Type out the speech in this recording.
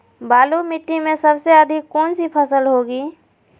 बालू मिट्टी में सबसे अधिक कौन सी फसल होगी?